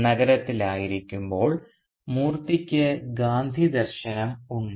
നഗരത്തിലായിരിക്കുമ്പോൾ മൂർത്തിക്ക് ഗാന്ധി ദർശനം ഉണ്ട്